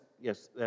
yes